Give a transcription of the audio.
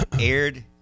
aired